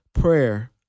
prayer